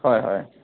হয় হয়